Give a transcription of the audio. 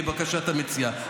כבקשת המציע,